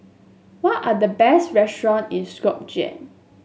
what are the best restaurant in Skopje